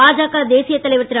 பாஜக தேசிய தலைவர் திரு